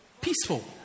Peaceful